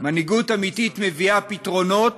מנהיגות אמיתית מביאה פתרונות